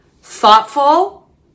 thoughtful